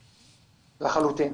לחלוטין.